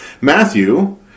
Matthew